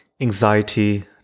anxiety